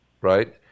Right